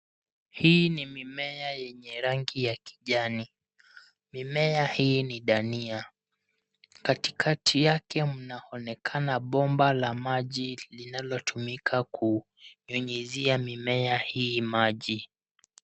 Hii ni mimea yenye rangi ya kijani. Mimea hii ni dania. Katikati yake mnaonekana bomba la maji linalotumika kunyunyizia mimea hii maji.